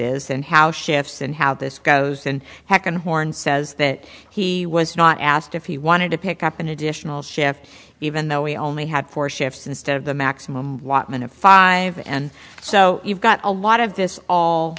is and how shifts and how this goes and hack and horn says that he was not asked if he wanted to pick up an additional shift even though he only had four shifts instead of the maximum amount of five and so you've got a lot of this all